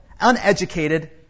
uneducated